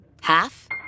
half